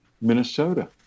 Minnesota